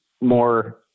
more